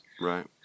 right